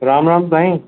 Ram Ram Sai